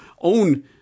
own